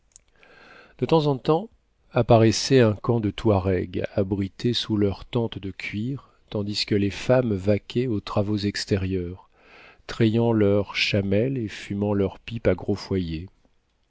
de temps en temps apparaissait un camp de touareg abrités sous leurs tentes de cuir tandis que les femmes vaquaient aux travaux extérieurs trayant leurs chamelles et fumant leurs pipes à gros foyer